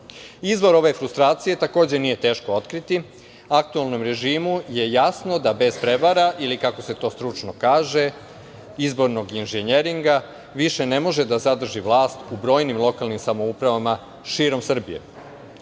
Izvor ove frustracije takođe nije teško otkriti, aktuelnom režimu je jasno da bez prevara ili kako se to stručno kaže izbornog inženjeringa više ne može da zadrži vlast u brojnim lokalnim samoupravama širom Srbije. Uzmimo